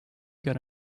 got